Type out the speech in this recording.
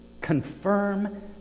Confirm